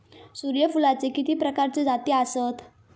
सूर्यफूलाचे किती प्रकारचे जाती आसत?